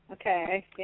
Okay